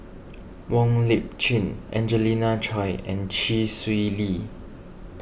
Wong Lip Chin Angelina Choy and Chee Swee Lee